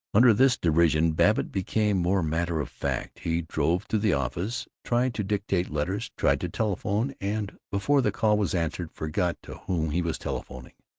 under this derision babbitt became more matter-of-fact. he drove to the office, tried to dictate letters, tried to telephone and, before the call was answered, forgot to whom he was telephoning.